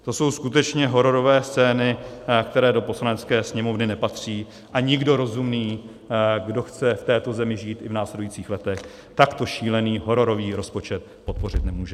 To jsou skutečně hororové scény, které do Poslanecké sněmovny nepatří, a nikdo rozumný, kdo chce v této zemi žít v následujících letech, takto šílený, hororový rozpočet podpořit nemůže.